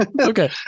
Okay